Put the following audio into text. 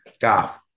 Goff